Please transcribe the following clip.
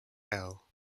hell